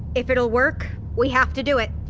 if it will work, we have to do it.